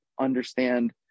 understand